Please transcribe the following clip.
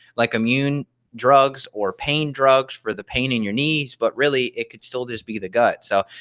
like immune drugs or pain drugs for the pain in your knees, but really, it could still just be the gut. so,